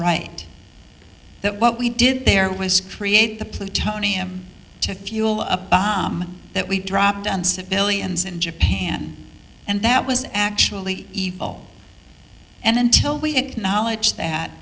right that what we did there was create the plutonium to fuel up bomb that we dropped on civilians in japan and that was actually evil and until we acknowledge that